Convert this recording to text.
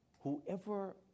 whoever